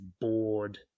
bored